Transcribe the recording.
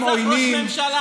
יגאל עמיר רצח ראש ממשלה,